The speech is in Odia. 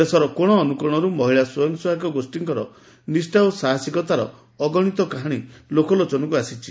ଦେଶର କୋଣ ଅନୁକୋଣରୁ ମହିଳା ସ୍ୱୟଂସହାୟକ ଗୋଷୀଙ୍କର ନିଷା ଓ ସାହସିକତାର ଅଗଶିତ କାହାଶୀ ଲୋକଲୋଚନକୁ ଆସିଛି